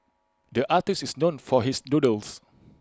the artist is known for his doodles